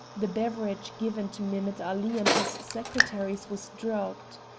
the beverage given to mehemet ali and his secretaries was drugged.